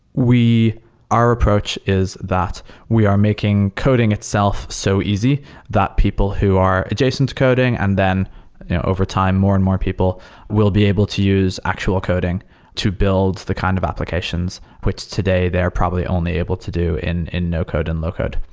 our approach is that we are making coding itself so easy that people who are adjacent to coding, and then overtime more and more people will be able to use actual coding to build the kind of applications, which today they're probably only able to do in in no code and low code.